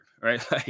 right